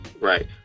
Right